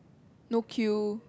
no queue